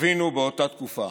שחווינו באותה תקופה.